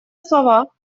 слова